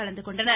கலந்துகொண்டனர்